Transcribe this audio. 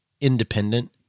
independent